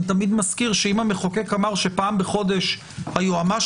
אני תמיד מזכיר שאם המחוקק אמר שפעם בחודש היועמ"ש